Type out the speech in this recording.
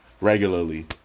regularly